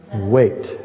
wait